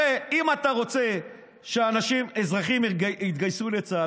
הרי אם אתה רוצה שאזרחים יתגייסו לצה"ל,